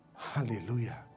Hallelujah